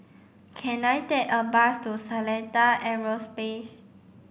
can I take a bus to Seletar Aerospace